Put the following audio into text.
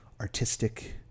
artistic